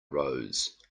rose